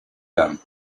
them